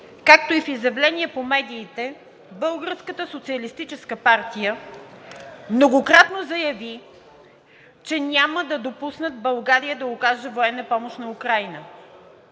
както и в изявление по медиите, Българската социалистическа партия многократно заяви, че няма да допуснат България да окаже военна помощ на Украйна.